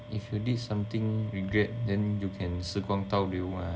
if you did something regret then you can 时光倒流 mah